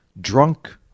drunk